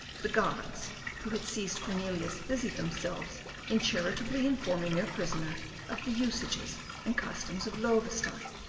the guards who had seized cornelius busied themselves in charitably informing their prisoner of the usages and customs of loewestein,